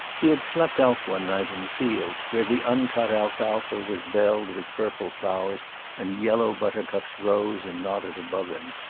he had slept out one night in the fields, where the uncut alfalfa was belled with purple flowers and yellow buttercups rose and nodded above him.